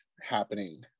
happening